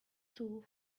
two